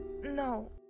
No